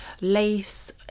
Lace